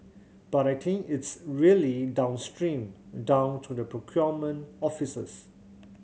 but I think it's really downstream down to the procurement offices